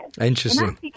Interesting